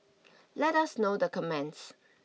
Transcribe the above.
let us know the comments